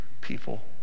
people